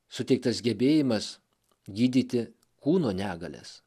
suteiktas gebėjimas gydyti kūno negalias